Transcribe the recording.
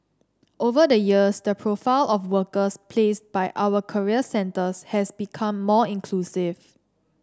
over the years the profile of workers placed by our career centres has become more inclusive